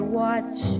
watch